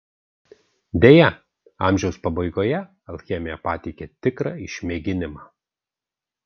deja amžiaus pabaigoje alchemija pateikė tikrą išmėginimą